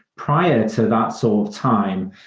prior to that sort of time,